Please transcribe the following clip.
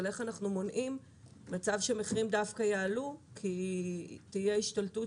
אבל איך אנחנו מונעים מצב שהמחירים דווקא יעלו כי תהיה השתלטות